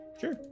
Sure